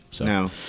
No